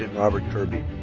and robert kerby.